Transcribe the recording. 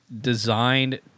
designed